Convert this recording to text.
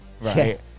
right